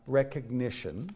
recognition